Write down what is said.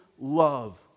love